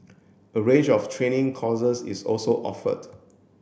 a range of training courses is also offered